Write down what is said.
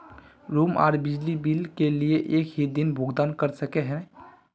Room आर बिजली के बिल एक हि दिन भुगतान कर सके है?